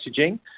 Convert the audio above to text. messaging